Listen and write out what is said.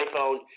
iPhone